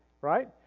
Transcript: right